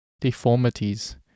deformities